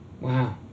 Wow